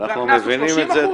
והקנס הוא 30%,